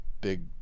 big